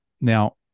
now